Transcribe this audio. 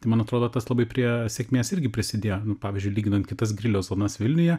tai man atrodo tas labai prie sėkmės irgi prisidėjo pavyzdžiui lyginant kitas griliaus zonas vilniuje